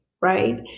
right